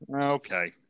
okay